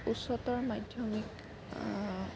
উচ্চতৰ মাধ্যমিক